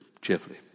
cheerfully